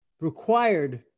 required